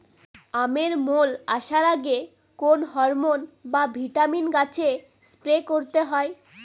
আমের মোল আসার আগে কোন হরমন বা ভিটামিন গাছে স্প্রে করতে হয়?